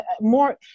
more